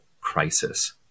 crisis